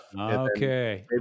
Okay